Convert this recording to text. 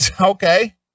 Okay